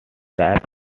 type